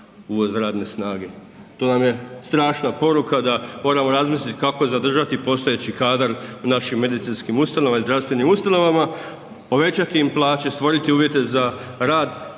uvoz radne snage. To nam je strašna poruka da moramo razmisliti kako zadržati postojeći kadar u našim medicinskim ustanovama i zdravstvenim ustanovama, povećati im plaće, stvoriti uvjete za rad,